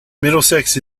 middlesex